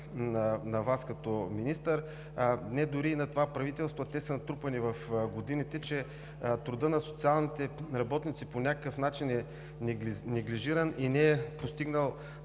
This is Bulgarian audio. на Вас като министър, не дори и на това правителство, а те са натрупани в годините, че трудът на социалните работници по някакъв начин е неглижиран и не е постигнал